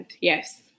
Yes